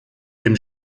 dem